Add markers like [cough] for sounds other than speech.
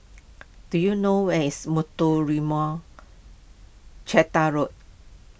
[noise] do you know where is Muthuraman [unintelligible] Road